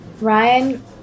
Ryan